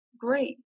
great